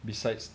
besides